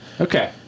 Okay